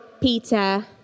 Peter